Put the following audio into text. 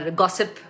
gossip